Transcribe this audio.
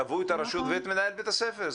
תבעו את הרשות ואת מנהל בית הספר.